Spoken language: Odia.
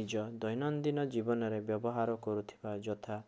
ନିଜ ଦୈନନ୍ଦିନ ଜୀବନରେ ବ୍ୟବହାର କରୁଥିବା ଯଥା